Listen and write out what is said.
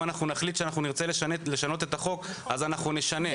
אם נחליט שנרצה לשנות את החוק, אנחנו נשנה.